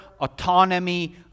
autonomy